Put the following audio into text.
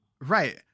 Right